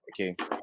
okay